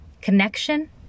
connection